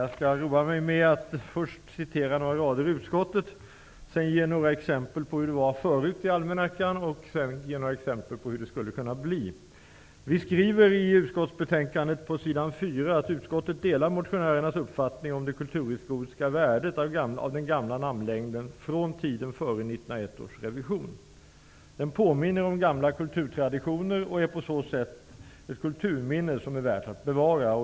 Jag skall först citera några rader ur betänkandet, sedan ge några exempel på hur det var förut i almanackan och på hur det skulle kunna bli. Vi skriver i utskottsbetänkandet på sidan 4: ''Utskottet delar motionärernas uppfattning om det kulturhistoriska värdet av den gamla namnlängden från tiden före 1901 års revision. Den påminner om gamla kulturtraditioner och är på sitt sätt ett kulturminne som är värt att bevara.''